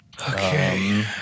Okay